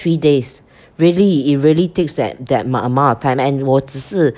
three days really it really takes that that amount of time and 我只是